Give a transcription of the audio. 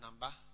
Number